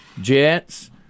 Jets